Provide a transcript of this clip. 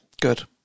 Good